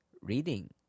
reading